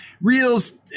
Reels